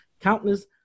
countless